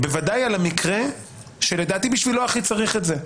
ובוודאי על המקרה שבשבילו הכי צריך את זה,